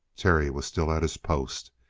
terry was still at his post.